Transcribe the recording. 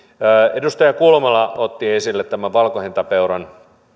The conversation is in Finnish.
edustaja kulmala otti esille tämän valkohäntäpeuran